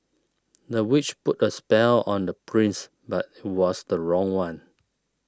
the witch put a spell on the prince but was the wrong one